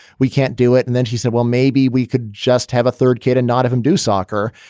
we can't do it. and then she said, well, maybe we could just have a third kid and not have him do soccer.